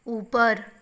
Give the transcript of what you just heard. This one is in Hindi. ऊपर